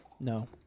no